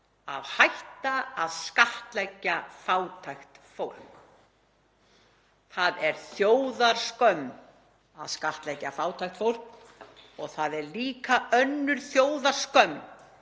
að hætta að skattleggja fátækt fólk. Það er þjóðarskömm að skattleggja fátækt fólk. Það er líka önnur þjóðarskömm